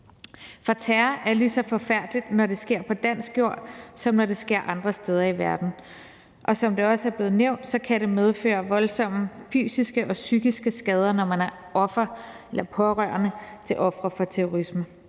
For terror er lige så forfærdeligt, når det sker på dansk jord, som når det sker andre steder i verden. Som det også er blevet nævnt, kan det medføre voldsomme fysiske og psykiske skader, når man er offer eller pårørende til ofre for terrorisme.